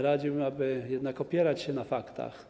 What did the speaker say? Radziłbym, aby jednak opierać się na faktach.